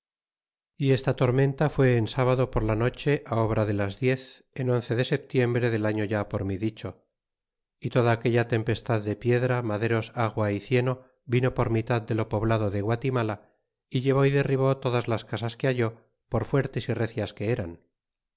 y esta tormenta fue en sabado por la noche obra de las diez en once de setiembre del año ya por mi dicho y toda aquella tempestad de piedra maderos agua y cieno vino por mitad de lo poblado de guatinala y llevó y derribó todas las casas que halló por fuertes y recias que eran